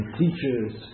teachers